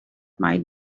might